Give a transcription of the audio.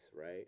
right